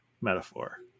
metaphor